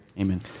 Amen